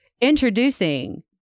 Introducing